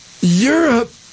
Europe